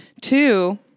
Two